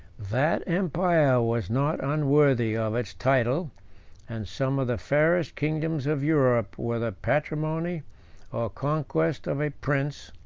that empire was not unworthy of its title and some of the fairest kingdoms of europe were the patrimony or conquest of a prince,